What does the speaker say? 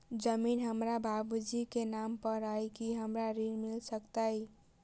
जमीन हमरा बाबूजी केँ नाम पर अई की हमरा ऋण मिल सकैत अई?